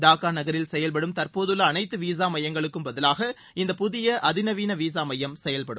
டாக்கா நகரில் செயவ்படும் தற்போதுள்ள அனைத்து விசா மையங்களுக்கும் பதிலாக இந்த புதிய அதி நவீன விசா மையம் செயல்படும்